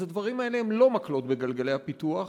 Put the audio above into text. אז הדברים האלה הם לא מקלות בגלגלי הפיתוח,